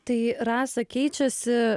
tai rasa keičiasi